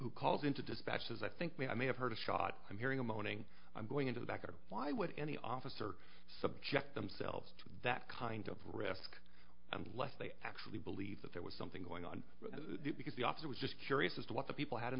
who calls into dispatch says i think we i may have heard a shot i'm hearing a moaning i'm going into the back or why would any officer subject themselves to that kind of risk unless they actually believe that there was something going on because the officer was just curious as to what the people had in